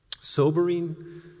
Sobering